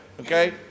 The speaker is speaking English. okay